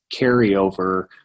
carryover